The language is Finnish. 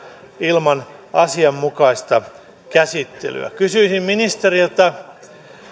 ilman asianmukaista käsittelyä kysyisin ministeriltä